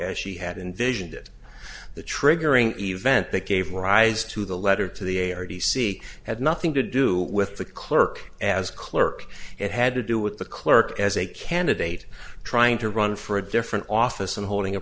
as she had envisioned it the triggering event that gave rise to the letter to the a or b c had nothing to do with the clerk as clerk it had to do with the clerk as a candidate trying to run for a different office and holding a